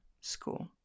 school